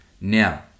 Now